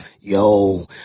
yo